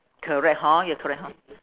correct hor ya correct hor